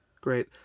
Great